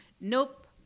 nope